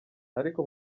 ariko